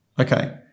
Okay